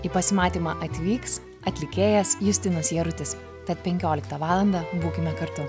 į pasimatymą atvyks atlikėjas justinas jarutis tad penkioliktą valandą būkime kartu